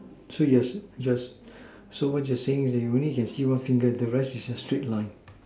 so yes yes so what you seeing is you can only see one fingers the rest is a straight line